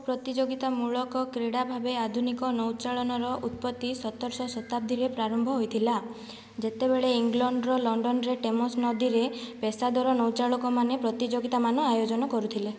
ଏକ ପ୍ରତିଯୋଗିତାମୂଳକ କ୍ରୀଡ଼ା ଭାବେ ଆଧୁନିକ ନୌଚାଳନାର ଉତ୍ପତ୍ତି ସତର ଶହ ଶତାବ୍ଦୀର ପ୍ରାରମ୍ଭରେ ହୋଇଥିଲା ଯେତେବେଳେ ଇଂଲଣ୍ଡର ଲଣ୍ଡନରେ ଟେମ୍ସ ନଦୀରେ ପେସାଦାର ନୌଚାଳକମାନେ ପ୍ରତିଯୋଗିତା ମାନ ଆୟୋଜନ କରୁଥିଲେ